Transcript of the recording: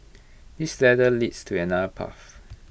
this ladder leads to another path